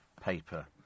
paper